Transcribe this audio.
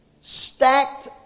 stacked